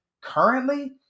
currently